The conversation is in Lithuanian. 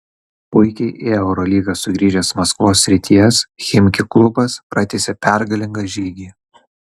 puikiai į eurolygą sugrįžęs maskvos srities chimki klubas pratęsė pergalingą žygį